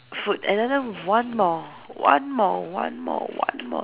food another one more one more one more one more